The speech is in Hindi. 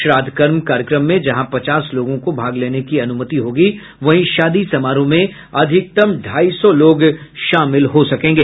श्राद्दकर्म कार्यक्रम में जहां पचास लोगों को भाग लेने की अनुमति दी गयी है वहीं शादी समारोह में अधिकतम ढ़ाई सौ लोग शामिल हो सकेंगे